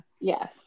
Yes